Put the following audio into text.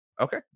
okay